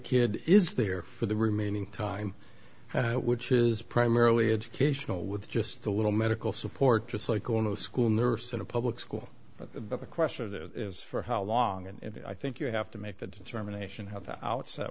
kid is there for the remaining time which is primarily educational with just a little medical support just like oh no school nurse in a public school but the question is for how long and i think you have to make the determination of the outset